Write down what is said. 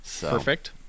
perfect